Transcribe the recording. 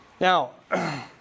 Now